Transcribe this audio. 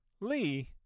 Lee